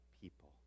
people